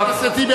חבר הכנסת טיבי,